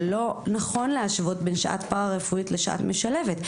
שלא נכון להשוות בין שעת פארא-רפואית לשעת משלבת.